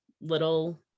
little